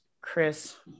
Chris